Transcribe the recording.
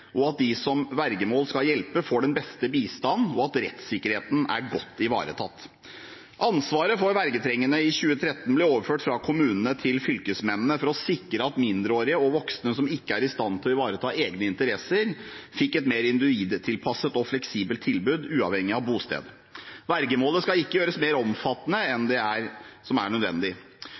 virke, at de som vergemål skal hjelpe, får den beste bistand, og at rettssikkerheten er godt ivaretatt. Ansvaret for vergetrengende ble i 2013 overført fra kommunene til fylkesmennene for å sikre at mindreårige og voksne som ikke er i stand til å ivareta egne interesser, fikk et mer individtilpasset og fleksibelt tilbud uavhengig av bosted. Vergemålet skal ikke gjøres mer omfattende enn det som er nødvendig.